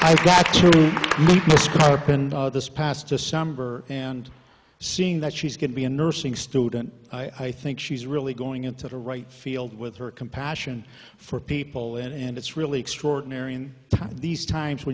then this past december and seeing that she's going to be a nursing student i think she's really going into the right field with her compassion for people and it's really extraordinary in these times when